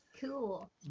Cool